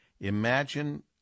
Imagine